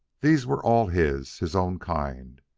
these were all his, his own kind.